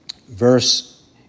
Verse